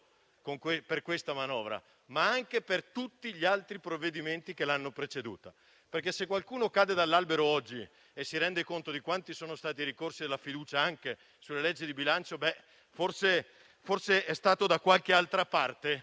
per questa manovra, ma anche per tutti gli altri provvedimenti che l'hanno preceduta. Se qualcuno cade dall'albero oggi e si rende conto di quanti sono stati i ricorsi alla fiducia anche sulle leggi di bilancio, forse è stato da qualche altra parte